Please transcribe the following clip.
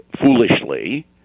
foolishly